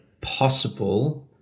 possible